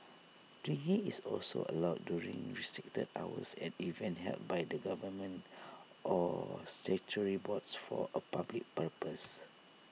drinking is also allowed during restricted hours at events held by the government or statutory boards for A public purpose